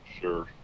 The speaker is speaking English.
sure